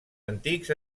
antics